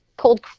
Cold